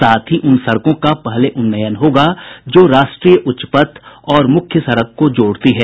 साथ ही उन सड़कों का पहले उन्नयन होगा जो राष्ट्रीय उच्च पथ और मुख्य सड़क को जोड़ती हैं